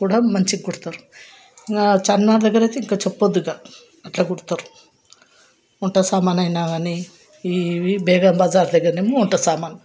కూడా మంచి కుడతారు ఇంకా చార్మినార్ దగ్గర అయితే ఇక చెప్పద్దు ఇక అట్ల కుడతారు వంట సామాను అయినా గానీ ఇవి బేగంబజార్ దగ్గరేమో వంట సామాను